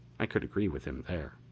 i could agree with him there.